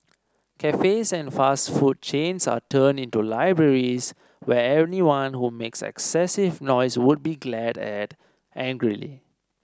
cafes and fast food chains are turned into libraries where anyone who makes excessive noise would be glared at angrily